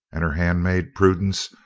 and her handmaid, prudence,